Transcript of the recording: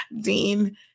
Dean